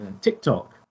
TikTok